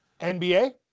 NBA